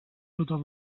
totes